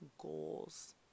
goals